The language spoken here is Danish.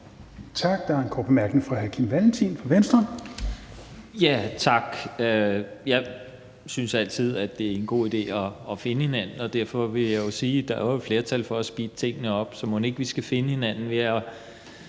Tak. Der er en kort bemærkning fra hr. Kim Valentin fra Venstre. Kl. 20:14 Kim Valentin (V): Tak. Jeg synes altid, det er en god idé at finde hinanden, og derfor vil jeg sige, at der jo er et flertal for at speede tingene op, så mon ikke vi skal finde hinanden